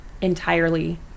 entirely